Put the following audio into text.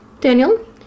Daniel